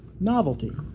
novelty